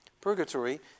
Purgatory